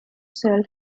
sell